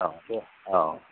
औ दे औ